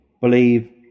Believe